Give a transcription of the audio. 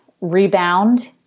rebound